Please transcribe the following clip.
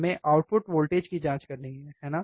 हमें output voltage की जाँच करनी है है ना